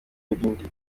n’ibindi